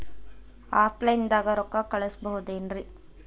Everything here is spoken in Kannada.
ಆಫ್ಲೈನ್ ದಾಗ ರೊಕ್ಕ ಕಳಸಬಹುದೇನ್ರಿ?